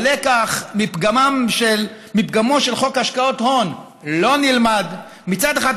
הלקח מפגמיו של חוק השקעות הון לא נלמד: מצד אחד,